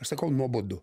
aš sakau nuobodu